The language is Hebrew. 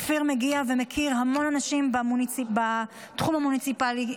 אופיר מגיע ומכיר המון אנשים בתחום המוניציפלי,